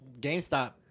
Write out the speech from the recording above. GameStop